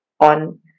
on